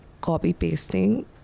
copy-pasting